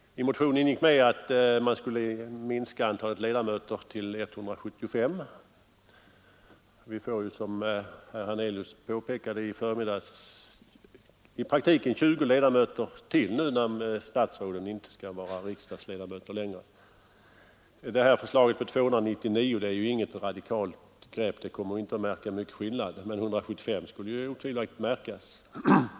I motionen ingick också att man skulle minska antalet ledamöter till 175. Som herr Hernelius påpekade i förmiddags får vi ju i praktiken 20 ledamöter till nu när statsråden inte skall vara riksdagsledamöter längre. Förslaget med 299 är inget radikalt grepp — det kommer inte att märkas mycket skillnad — men med 175 skulle skillnaden otvivelaktigt märkas.